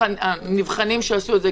הנבחנים שעשו את זה,